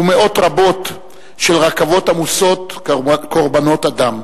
ומאות רבות של רכבות עמוסות קורבנות אדם.